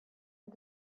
and